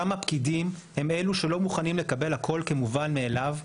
אותם הפקידים הם אלו שלא מוכנים לקבל הכל כמובן מאליו,